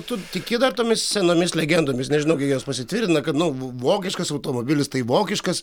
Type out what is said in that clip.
tu tiki dar tomis senomis legendomis nežinau kiek jos pasitvirtina kad nu vo vokiškas automobilis tai vokiškas